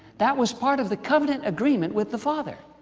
that was part of the covenant agreement with the father.